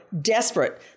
desperate